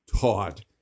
taught